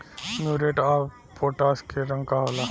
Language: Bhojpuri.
म्यूरेट ऑफपोटाश के रंग का होला?